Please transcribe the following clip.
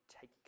take